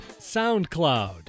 SoundCloud